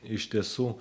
iš tiesų